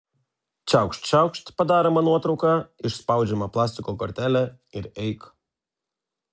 čiaukšt čiaukšt padaroma nuotrauka išspaudžiama plastiko kortelė ir eik